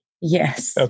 Yes